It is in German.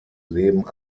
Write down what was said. leben